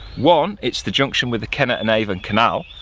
one, it's the junction with the kennet and avon canal